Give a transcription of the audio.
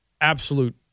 absolute